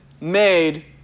made